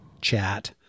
chat